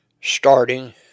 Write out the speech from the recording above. Starting